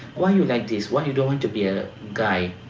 why you like this? why you don't want to be a guy?